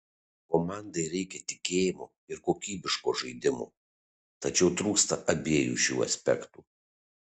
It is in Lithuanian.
komandai reikia tikėjimo ir kokybiško žaidimo tačiau trūksta abiejų šių aspektų